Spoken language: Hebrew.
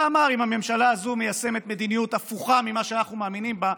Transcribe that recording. אלא אמר: אם הממשלה הזאת מיישמת מדיניות הפוכה ממה שאנחנו מאמינים בה,